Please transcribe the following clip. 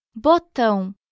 Botão